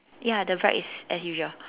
ya the right is as usual